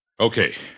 Okay